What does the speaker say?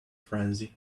frenzy